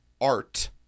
art